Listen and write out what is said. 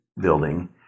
building